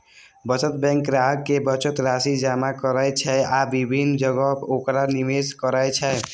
बचत बैंक ग्राहक के बचत राशि जमा करै छै आ विभिन्न जगह ओकरा निवेश करै छै